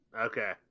Okay